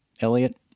Elliot